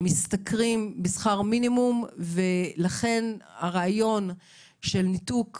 משתכרים שכר מינימום, ולכן הרעיון של ניתוק